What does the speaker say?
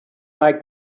like